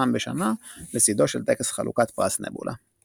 פעם בשנה, לצידו של טקס חלוקת פרס נבולה.